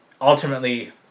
ultimately